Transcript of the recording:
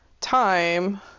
time